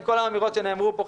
עם כל האמירות שנאמרו פה,